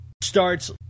starts